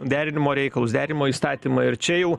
derinimo reikalus derinimo įstatymą ir čia jau